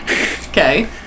Okay